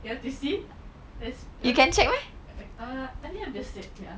you want to see uh I think can search wait ah